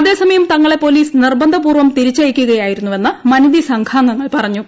അതേ സമയം തങ്ങളെ പോലീസ് നിർബന്ധപൂർവ്വം തിരിച്ചയയ്ക്കുകയായിരുന്നുവെന്ന് മനിതി സംഘാംഗങ്ങൾ പറഞ്ഞു